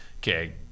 okay